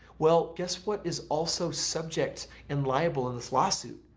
well guess what is also subject and liable in this lawsuit?